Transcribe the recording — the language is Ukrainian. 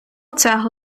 цего